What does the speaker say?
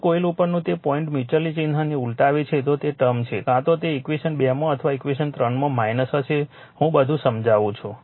જો એક કોઇલ ઉપરનું તે પોઇન્ટ મ્યુચ્યુઅલના ચિહ્નને ઉલટાવે છે તો તે ટર્મ છે કાં તો ઈક્વેશન 2 માં અથવા ઈક્વેશન 3 માં હશે હું બધું સમજાવું છું